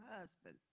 husband